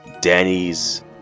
Danny's